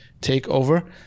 takeover